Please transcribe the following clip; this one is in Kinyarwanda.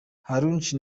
karrueche